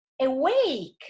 awake